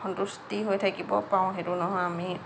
সন্তুষ্টি হৈ থাকিব পাৰোঁ সেইটো নহয় আমি